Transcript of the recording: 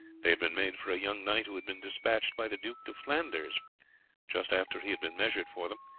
they had been made for a young knight who had been despatched by the duke to flanders just after he had been measured for them,